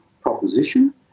proposition